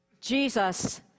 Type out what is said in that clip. Jesus